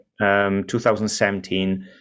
2017